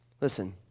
Listen